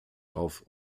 auf